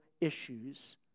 issues